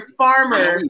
farmer